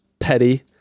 petty